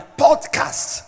podcast